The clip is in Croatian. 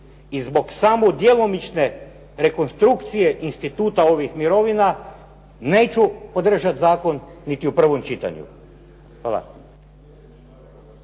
i zbog samodjelomične rekonstrukcije instituta ovih mirovina neću podržati zakon niti u prvom čitanju. Hvala.